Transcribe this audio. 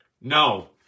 No